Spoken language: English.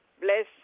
bless